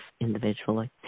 individually